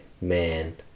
man